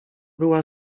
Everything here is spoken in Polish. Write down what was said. była